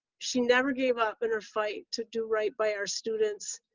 she never gave up in her fight to do right by our students,